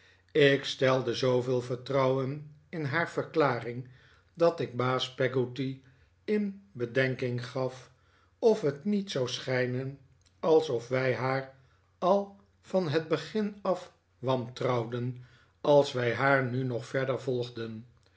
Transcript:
ik stelde zooveel vertrouwen in haar verklaring dat ik baas peggotty in bedenking gaf of het niet zou schijnen alsof wij haar al van het begin af wantrouwden als wij haar nu nog verder voigden